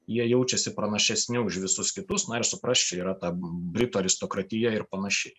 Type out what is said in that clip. jie jaučiasi pranašesni už visus kitus na ir suprask čia yra ta britų aristokratija ir panašiai